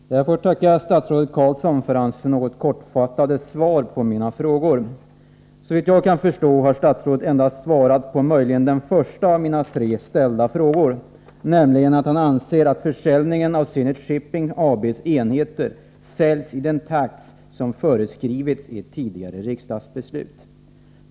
Herr talman! Jag får tacka statsrådet Carlsson för hans något kortfattade svar på mina frågor. Såvitt jag kan förstå har statsrådet svarat enbart på den första av mina tre ställda frågor. Han anser nämligen att Zenit Shipping AB:s enheter säljs i den takt som föreskrivits i ett tidigare riksdagsbeslut.